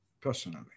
personally